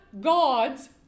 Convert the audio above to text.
God's